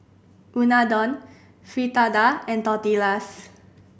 Unadon Fritada and Tortillas